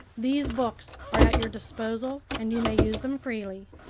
these books are at your disposal, and you may use them freely.